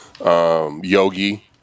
Yogi